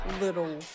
little